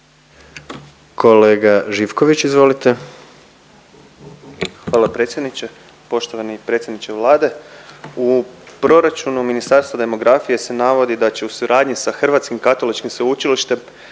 **Živković, Marin (Možemo!)** Hvala predsjedniče. Poštovani predsjedniče Vlade, u proračunu Ministarstva demografije se navodi da će u suradnji sa Hrvatskim katoličkim sveučilištem